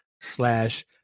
slash